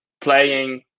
playing